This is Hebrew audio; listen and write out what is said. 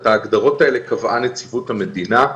את ההגדרות האלה קבעה נציבות המדינה,